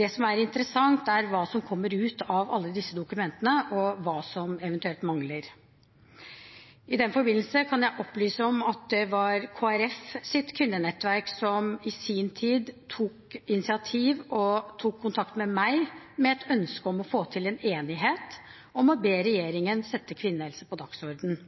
Det som er interessant, er hva som kommer ut av alle disse dokumentene, og hva som eventuelt mangler. I den forbindelse kan jeg opplyse om at det var Kristelig Folkepartis kvinnenettverk som i sin tid tok initiativ, og som tok kontakt med meg med ønske om å få til en enighet om å be regjeringen sette kvinnehelse på